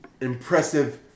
impressive